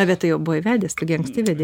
na bet tai jau buvai vedęs tu gi anksti vedei